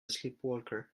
sleepwalker